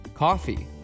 coffee